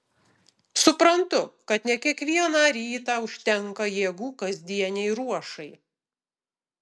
suprantu kad ne kiekvieną rytą užtenka jėgų kasdienei ruošai